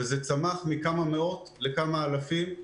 וזה צמח מכמה מאות לכמה לאלפים,